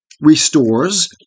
restores